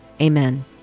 Amen